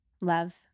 love